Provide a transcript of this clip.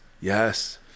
Yes